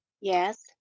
Yes